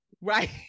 Right